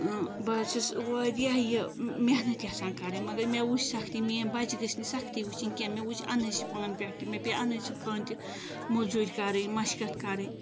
إں بہٕ حظ چھس واریاہ یہِ محنت یژھان کَرٕنۍ مگر مےٚ وٕچھ سختی مگر میِٲنۍ بچہِ گَژھہِ سختی وٕچھٕنۍ کیٚنٛہہ مےٚ وٕچھ اَنہٕرشہِ پانہٕ پٮ۪ٹھٕ تہِ مےٚ پیٚیہِ اَنہٕرشہِ پانہٕ تہِ موٚزوٗرۍ کَرٕنۍ مشکَت کَرٕنۍ